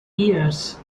years